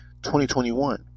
2021